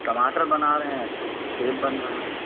टमाटर बना रहे हैं तो सेब बन रहा है